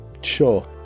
sure